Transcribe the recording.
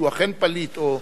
שהוא אכן פליט או,